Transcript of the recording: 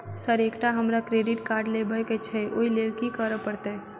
Sir एकटा हमरा credit card लेबकै छैय ओई लैल की करऽ परतै?